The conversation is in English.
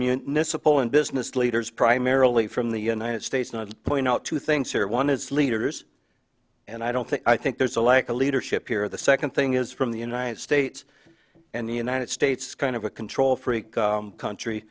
municipal and business leaders primarily from the united states not to point out two things one it's leaders and i don't think i think there's a lack of leadership here the second thing is from the united states and the united states kind of a control freak country